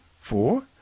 Four